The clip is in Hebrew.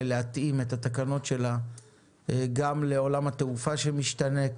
להתאים את התקנות שלה גם לעולם התעופה שמשתנה,